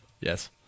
Yes